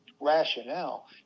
rationale